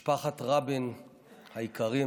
משפחת רבין היקרה,